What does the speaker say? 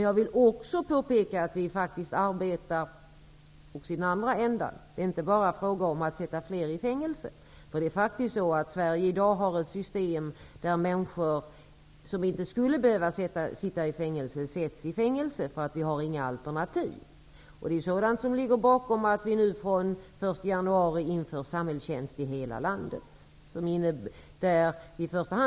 Jag vill påpeka att vi faktiskt arbetar också i den andra änden -- det är inte bara fråga om att sätta fler människor i fängelse. Sverige har i dag ett system som innebär att människor som inte skulle behöva sitta i fängelse sätts i fängelse, därför att det inte finns några alternativ. Det är sådant som ligger bakom införandet av samhällstjänst i hela landet den 1 januari.